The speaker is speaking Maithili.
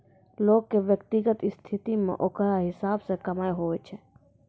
लोग के व्यक्तिगत स्थिति मे ओकरा हिसाब से कमाय हुवै छै